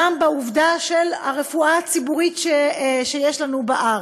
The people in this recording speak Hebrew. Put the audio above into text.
גם לנוכח העובדה של הרפואה הציבורית שיש לנו בארץ.